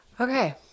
Okay